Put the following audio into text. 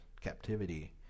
captivity